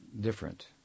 different